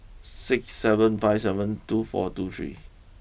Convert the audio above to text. six seven five seven two four two three